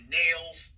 nails